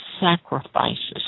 sacrifices